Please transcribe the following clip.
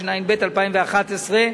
התשע"ב 2011,